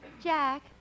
Jack